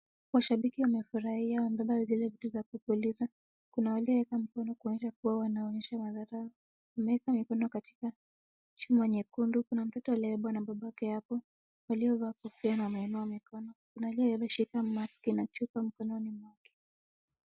Washabiki wamefurahia wamebeba zile vitu za kupuliza, kuna walioweka mkono kuonyesha kuwa wanaonyesha madharau. Wameeka mikono katika chuma nyekundu. Kuna mtoto aliyebebwa na babake hapo. Waliovaa kofia na wameinua mikono. Kuna aliyeshikilia maski na chupa mikononi mwake.